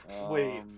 Wait